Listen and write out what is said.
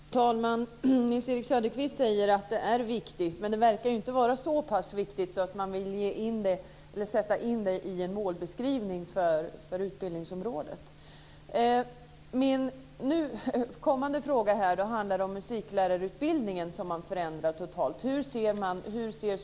Fru talman! Nils-Erik Söderqvist säger att det är viktigt, men det verkar inte vara så pass viktigt att man vill sätta in det i en målbeskrivning för utbildningsområdet. Min kommande fråga handlar om musiklärarutbildningen som man förändrar totalt.